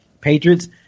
Patriots